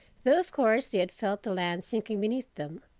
though of course they had felt the land sinking beneath them.